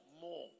more